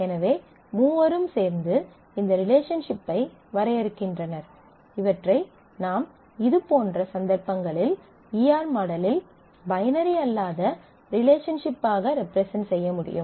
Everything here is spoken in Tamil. எனவே மூவரும் சேர்ந்து இந்த ரிலேஷன்ஷிப் ஐ வரையறுக்கின்றனர் இவற்றை நாம் இதுபோன்ற சந்தர்ப்பங்களில் ஈ ஆர் மாடலில் பைனரி அல்லாத ரிலேஷன்ஷிப் ஆக ரெப்ரசன்ட் செய்ய முடியும்